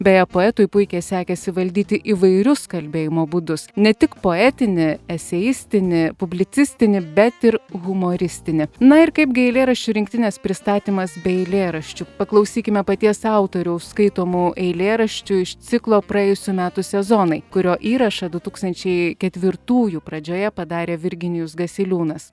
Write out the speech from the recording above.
beje poetui puikiai sekėsi įvaldyti įvairius kalbėjimo būdus ne tik poetinį eseistinį publicistinį bet ir humoristinį na ir kaipgi eilėraščių rinktinės pristatymas bei eilėraščių paklausykime paties autoriaus skaitomų eilėraščių iš ciklo praėjusių metų sezonai kurio įrašą du tūkstančiai ketvirtųjų pradžioje padarė virginijus gasiliūnas